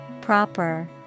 Proper